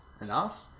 enough